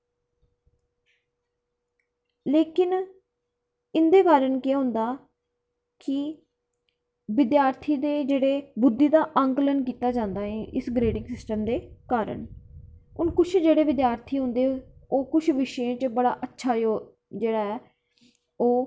लेकिन इंदे बारै ई केह् होंदा की विद्यार्थी दे जेह्ड़े बुद्धि दा आंकलन कीता जंदा इस ग्रेडिंग सिस्टम दे कारण होर कुछ जेह्ड़े विद्यार्थी होंदे ओह् कुछ विशें च अच्छा जेह्ड़ा ऐ ओह्